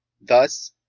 Thus